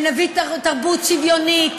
ונביא תרבות שוויונית,